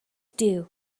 due